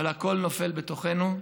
אבל הכול נופל בתוכנו.